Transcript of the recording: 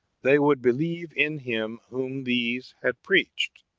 they would believe in him whom these had preached,